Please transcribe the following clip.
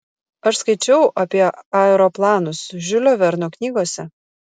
aš skaičiau apie aeroplanus žiulio verno knygose